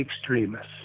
extremists